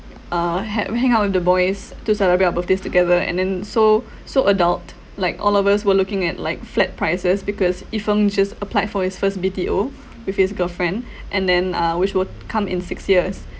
uh ha~ we hang out with the boys to celebrate our birthdays together and then so so adult like all of us were looking at like flat prices because yi feng just applied for his first B_T_O with his girlfriend and then uh which will come in six years